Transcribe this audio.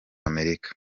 amerika